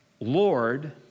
Lord